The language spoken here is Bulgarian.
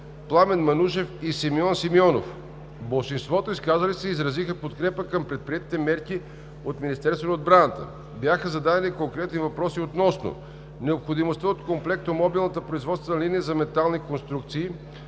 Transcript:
Пламен Манушев и Симеон Симеонов. Болшинството изказали се изразиха подкрепа към предприетите мерки от Министерството на отбраната. Бяха зададени конкретни въпроси относно необходимостта от Комплектомобилната производствена линия за метални конструкции,